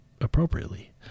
appropriately